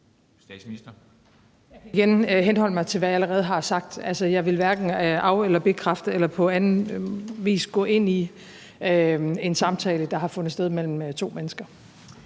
Frederiksen): Jeg kan igen henholde mig til, hvad jeg allerede har sagt. Altså, jeg vil hverken af- eller bekræfte eller på anden vis gå ind i en samtale, der har fundet sted mellem to mennesker.